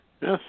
Yes